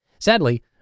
Sadly